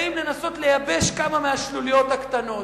באים לנסות לייבש כמה מהשלוליות הקטנות,